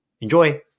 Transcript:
Enjoy